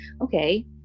Okay